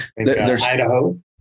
Idaho